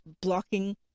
blocking